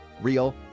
real